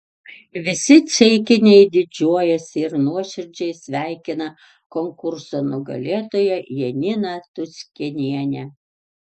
visi ceikiniai didžiuojasi ir nuoširdžiai sveikina konkurso nugalėtoją janiną tuskenienę